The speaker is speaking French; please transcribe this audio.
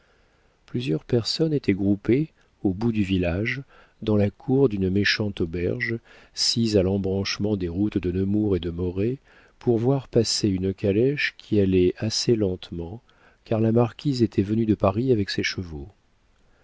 plusieurs personnes étaient groupées au bout du village dans la cour d'une méchante auberge sise à l'embranchement des routes de nemours et de moret pour voir passer une calèche qui allait assez lentement car la marquise était venue de paris avec ses chevaux